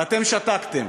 ואתם שתקתם,